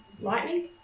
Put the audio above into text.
Lightning